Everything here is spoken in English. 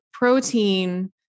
protein